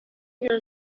your